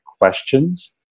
questions